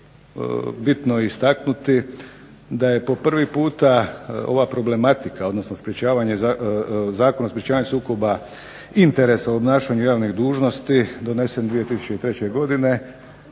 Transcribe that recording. bitno istaknuti da je po prvi puta ova problematika odnosno sprečavanje, Zakon o sprečavanju sukoba interesa u obnašanju javnih dužnosti donesen 2003. godine